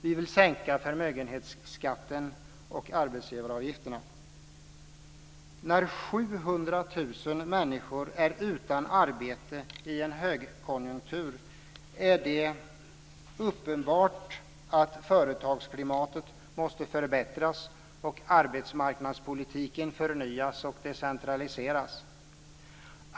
Vi vill sänka förmögenhetsskatten och arbetsgivaravgifterna. När 700 000 människor är utan arbete i en högkonjunktur är det uppenbart att företagsklimatet måste förbättras och arbetsmarknadspolitiken förnyas och decentraliseras.